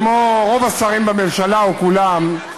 כמו רוב השרים בממשלה או כולם,